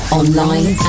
online